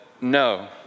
no